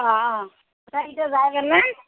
অঁ অঁ আটাইকিটা যাই পেলাই